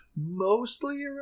mostly